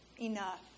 enough